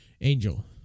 Angel